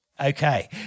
Okay